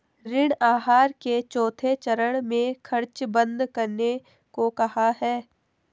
ऋण आहार के चौथे चरण में खर्च बंद करने को कहा है